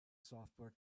software